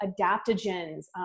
adaptogens